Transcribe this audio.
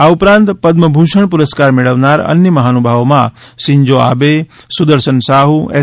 આ ઉપરાંત પદમવિભૂષણ પુરસ્કાર મેળવનાર અન્ય મહાનુભાવોમાં Shinzo Abe Sudarshan Sahu S